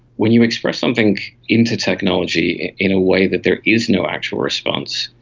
when you express something into technology in a way that there is no actual response,